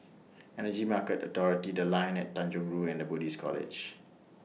Energy Market Authority The Line At Tanjong Rhu and The Buddhist College